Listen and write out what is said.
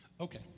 okay